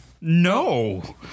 No